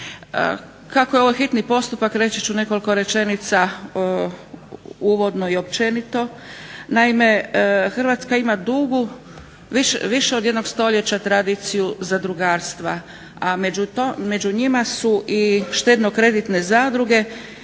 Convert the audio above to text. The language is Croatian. Kako je ovo hitni postupak reći ću nekoliko rečenica uvodno i općenito. Naime, Hrvatska ima dugu više od jednog stoljeća tradiciju zadrugarstva, a među njima su i štedno-kreditne zadruge